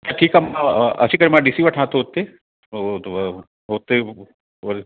त ठीकु आहे अची करे मां ॾिसी वठां थो उते हो त उते व